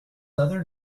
other